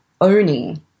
owning